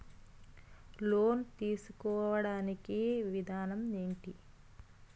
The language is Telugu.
లోన్ తీసుకోడానికి విధానం ఏంటి?